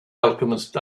alchemist